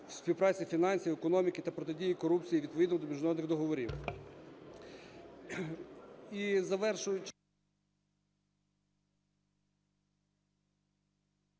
співпраці фінансів, економіки та протидії корупції відповідно до міжнародних договорів.